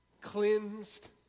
cleansed